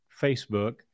facebook